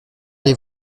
les